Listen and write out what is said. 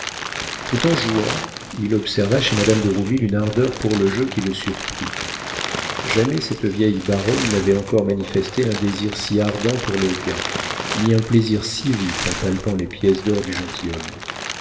tout en jouant il observa chez madame de rouville une ardeur pour le jeu qui le surprit jamais cette vieille baronne n'avait encore manifesté un désir si ardent pour le gain ni un plaisir si vif en palpant les pièces d'or du gentilhomme